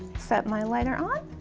set my lighter on.